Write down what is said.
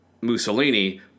Mussolini